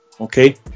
okay